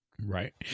Right